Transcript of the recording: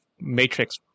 Matrix